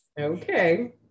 Okay